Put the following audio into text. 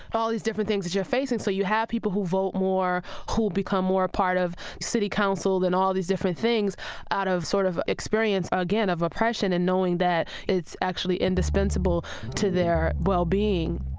all these different things that you're facing. so you have people who vote more, who become more a part of city councils and all these different things out of sort of experience, again, of oppression and knowing that it's actually indispensable to their well-being